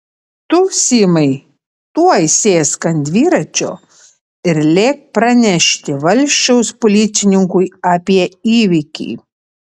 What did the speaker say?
tu simai tuoj sėsk ant dviračio ir lėk pranešti valsčiaus policininkui apie įvykį